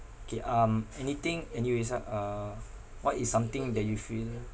K um anything any ways like uh what is something that you feel